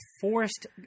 forced